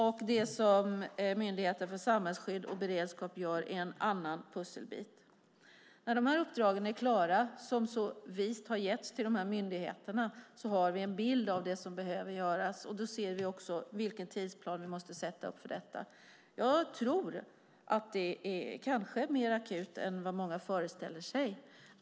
Och det som Myndigheten för samhällsskydd och beredskap gör är en annan pusselbit. När dessa uppdrag är klara, som så vist har getts till dessa myndigheter, har vi en bild av det som behöver göras, och då ser vi också vilken tidsplan som vi måste sätta upp för detta. Jag tror att det kanske är mer akut än vad många föreställer sig.